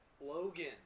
Logan